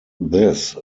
this